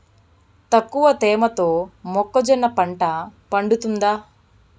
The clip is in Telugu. తక్కువ తేమతో మొక్కజొన్న పంట పండుతుందా?